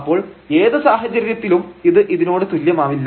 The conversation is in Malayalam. അപ്പോൾ ഏത് സാഹചര്യത്തിലും ഇത് ഇതിനോട് തുല്യമാവില്ല